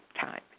time